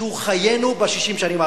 שהוא חיינו ב-60 השנים האחרונות.